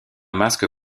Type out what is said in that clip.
masque